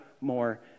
more